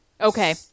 Okay